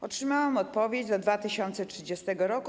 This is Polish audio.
Otrzymałam odpowiedź: do 2030 r.